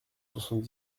soixante